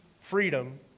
freedom